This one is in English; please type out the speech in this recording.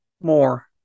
more